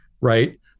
right